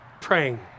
Praying